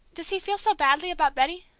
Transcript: does he feel so badly about betty?